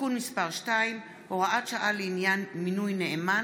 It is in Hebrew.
מס' 2) (הוראת שעה לעניין מינוי נאמן),